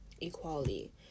equality